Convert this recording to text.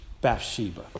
Bathsheba